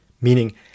meaning